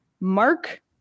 Mark